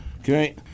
okay